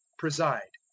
preside.